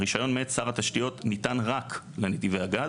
הרישיון מאת שר התשתיות ניתן רק לנתיבי הגז,